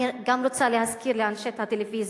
אני גם רוצה להזכיר לאנשי הטלוויזיה,